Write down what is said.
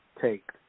take